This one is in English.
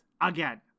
again